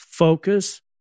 focus